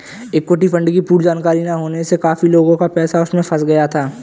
equity fund की पूर्ण जानकारी ना होने से काफी लोगों का पैसा उसमें फंस गया था